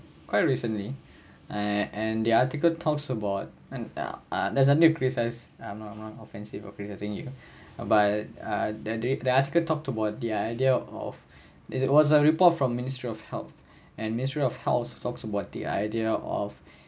quite recently and and the article talks about and a'ah that's under criticize ah I'm not I'm not offensive or criticizing you but uh that day the article talked about the idea of of it was a report from ministry of health and ministry of health talks about the idea of